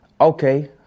Okay